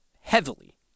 heavily